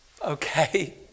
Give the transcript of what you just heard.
Okay